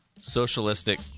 socialistic